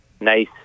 nice